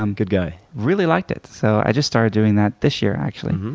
um good guy. really liked it. so i just started doing that this year, actually.